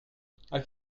quelle